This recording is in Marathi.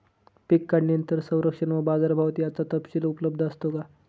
पीक काढणीनंतर संरक्षण व बाजारभाव याचा तपशील उपलब्ध असतो का?